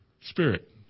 spirit